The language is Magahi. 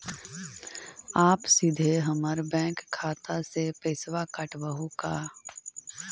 आप सीधे हमर बैंक खाता से पैसवा काटवहु का?